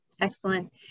Excellent